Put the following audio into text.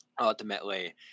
ultimately